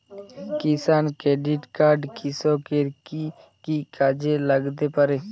কিষান credit card কৃষকের কি কি কাজে লাগতে পারে?